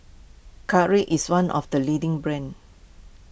Caltrate is one of the leading brands